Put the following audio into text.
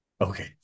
Okay